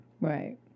Right